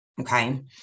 Okay